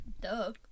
Duh